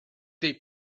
they